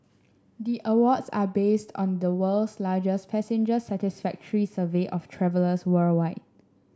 the awards are based on the world's largest passenger satisfactory survey of travellers worldwide